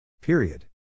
Period